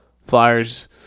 Flyers